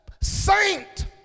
saint